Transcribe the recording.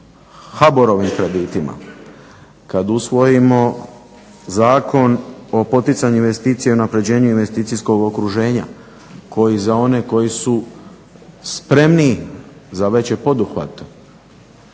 HBOR-ovim kreditima kada usvojimo zakon o poticanju investicija i unapređenju investicijskog okruženja koji za one koji su spremniji za veće poduhvate,